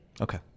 Okay